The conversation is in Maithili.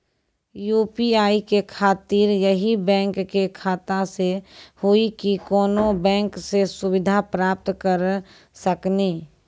यु.पी.आई के खातिर यही बैंक के खाता से हुई की कोनो बैंक से सुविधा प्राप्त करऽ सकनी?